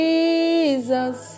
Jesus